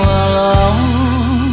alone